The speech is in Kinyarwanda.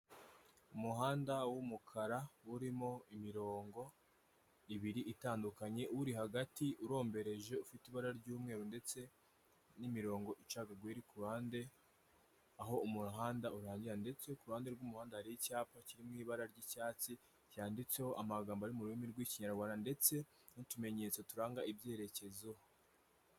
Umuhanda w'umukara, urimo imirongo ibiri itandukanye, uri hagati urombereje ufite ibara ry'umweru ndetse n'imirongo icagaguye iri ku ruhande aho umuhanda urangirira ndetse ku ruhande rw'umuhanda hari icyapa kiri mu ibara ry'icyatsi, cyanditseho amagambo ari mu rurimi rw'ikinyarwanda ndetse n'utumenyetso turanga ibyerekezoho.